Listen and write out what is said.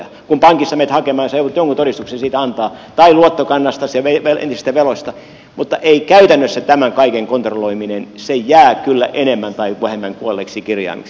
kun pankissa menet hakemaan lainaa sinä joudut jonkun todistuksen siitä antamaan tai luottokannastasi ja entisistä veloista mutta käytännössä tämän kaiken kontrolloiminen jää kyllä enemmän tai vähemmän kuolleeksi kirjaimeksi